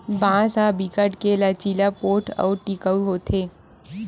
बांस ह बिकट के लचीला, पोठ अउ टिकऊ होथे